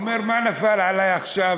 הוא אומר: מה נפל עלי עכשיו,